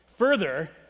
Further